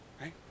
right